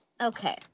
okay